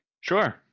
Sure